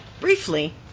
Briefly